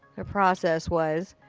the process was.